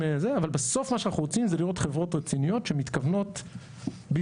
בסוף מה שאנחנו רוצים זה לראות חברות רציניות שמתכוונות ביזנס,